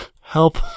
help